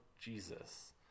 Jesus